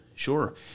Sure